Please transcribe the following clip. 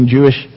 Jewish